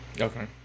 Okay